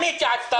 עם מי התייעצת?